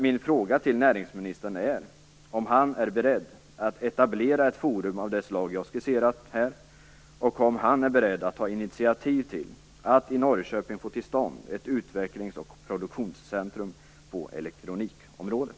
Min fråga till näringsministern är om han är beredd att etablera ett forum av det slag som jag har skisserat och om han är beredd att ta initiativ till att i Norrköping få till stånd ett utvecklings och produktionscentrum på elektronikområdet.